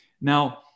Now